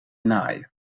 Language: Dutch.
naaien